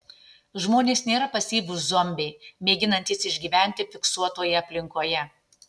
žmonės nėra pasyvūs zombiai mėginantys išgyventi fiksuotoje aplinkoje